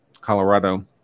Colorado